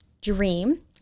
dream